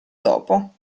dopo